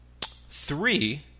three